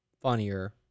funnier